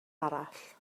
arall